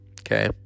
Okay